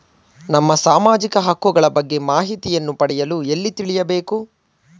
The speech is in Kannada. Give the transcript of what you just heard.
ನಮ್ಮ ಸಾಮಾಜಿಕ ಹಕ್ಕುಗಳ ಬಗ್ಗೆ ಮಾಹಿತಿಯನ್ನು ಪಡೆಯಲು ಎಲ್ಲಿ ತಿಳಿಯಬೇಕು?